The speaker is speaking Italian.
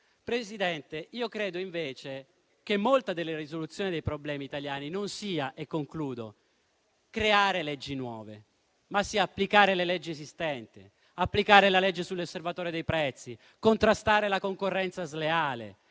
Presidente, io credo, invece, che molte delle risoluzioni dei problemi italiani siano non nel creare leggi nuove, ma nell'applicare le leggi esistenti; nell'applicare la legge sull'osservatorio dei prezzi; nel contrastare la concorrenza sleale.